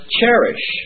cherish